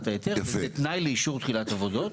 ההיתר ובתנאי לאישור תחילת עבודות,